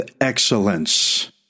excellence